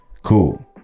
Cool